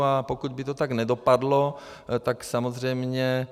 A pokud by to tak nedopadlo, tak samozřejmě...